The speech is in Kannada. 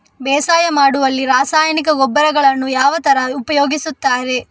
ಬೇಸಾಯ ಮಾಡುವಲ್ಲಿ ರಾಸಾಯನಿಕ ಗೊಬ್ಬರಗಳನ್ನು ಯಾವ ತರ ಉಪಯೋಗಿಸುತ್ತಾರೆ?